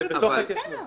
זה בתוך ההתיישנות.